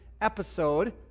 episode